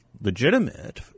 legitimate